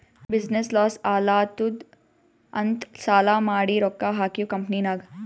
business loss ಆಲಾತ್ತುದ್ ಅಂತ್ ಸಾಲಾ ಮಾಡಿ ರೊಕ್ಕಾ ಹಾಕಿವ್ ಕಂಪನಿನಾಗ್